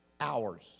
Hours